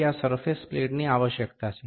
તેથી આ સરફેસ પ્લેટની આવશ્યકતા છે